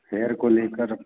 hair को लेकर